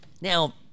Now